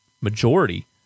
majority